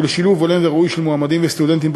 ולשילוב הולם וראוי של מועמדים וסטודנטים עם